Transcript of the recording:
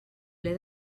ple